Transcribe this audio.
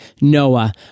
noah